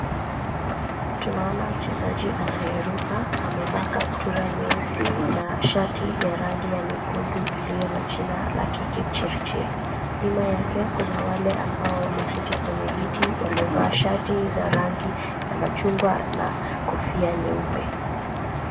Tunaona mchezaji anayeruka. Amevaa kaptura nyeusi na shati ya rangi ya nyekundu iliyo na jina lake Kipchirchir. Nyuma yake kuna wale ambao wameketi kwenye viti wamevaa shati za rangi ya machungwa na kofia nyeupe.